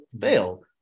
fail